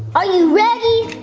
are you ready?